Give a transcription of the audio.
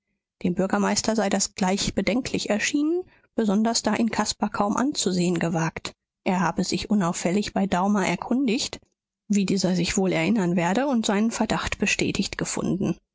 dem bürgermeister sei das gleich bedenklich erschienen besonders da ihn caspar kaum anzusehen gewagt er habe sich unauffällig bei daumer erkundigt wie dieser sich wohl erinnern werde und seinen verdacht bestätigt gefunden